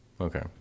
okay